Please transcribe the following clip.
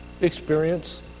experience